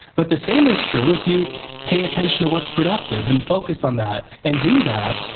but the same is true if you pay attention to what's productive and focus on that and do that.